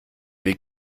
wir